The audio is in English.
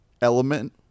Element